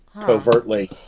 covertly